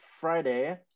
Friday